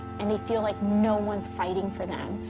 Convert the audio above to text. and they feel like no one's fighting for them,